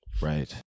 Right